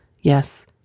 Yes